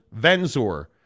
Venzor